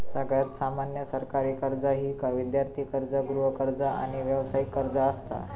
सगळ्यात सामान्य सरकारी कर्जा ही विद्यार्थी कर्ज, गृहकर्ज, आणि व्यावसायिक कर्ज असता